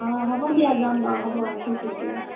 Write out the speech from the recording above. অ হ'ব দিয়া যাম বাৰু হ'ব ৰাখিছোঁ এতিয়া